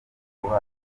kubaga